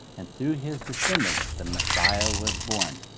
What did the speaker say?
and through his descendants the messiah was born.